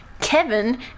Kevin